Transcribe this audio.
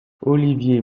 olivier